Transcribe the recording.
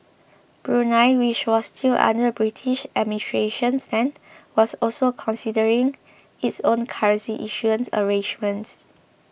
Brunei which was still under British administration then was also considering its own currency issuance arrangements